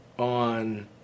on